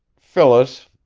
phyllis,